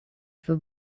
for